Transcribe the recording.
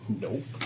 Nope